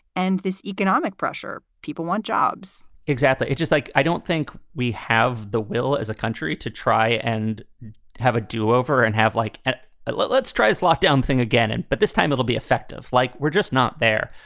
and this economic pressure. people want jobs exactly. it's just like i don't think we have the will as a country to try and have a do over and have like ah let's try is locked down thing again. and but this time it'll be effective. like, we're just not there.